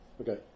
Okay